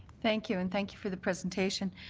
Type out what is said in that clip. thank you. and thank you for the presentation.